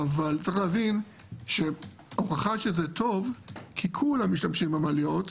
אבל צריך להבין שההוכחה שזה טוב היא כי כולם משתמשים במעליות,